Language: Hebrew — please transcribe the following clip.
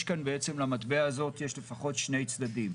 למטבע הזאת יש לפחות שני צדדים.